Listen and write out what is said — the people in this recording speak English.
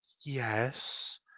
yes